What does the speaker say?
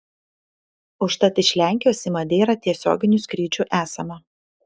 užtat iš lenkijos į madeirą tiesioginių skrydžių esama